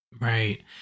Right